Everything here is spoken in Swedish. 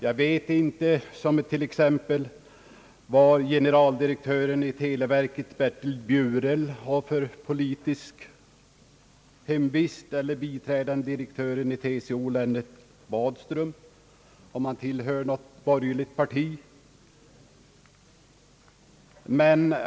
Jag vet till exempel inte var generaldirektören för televerket Bertil Bjurel har sin politiska hemvist eller om biträdande direktören i TCO Lennart Bodström tillhör något borgerligt parti.